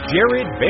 Jared